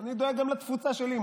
אני דואג גם לתפוצה שלי.